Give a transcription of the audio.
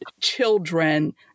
children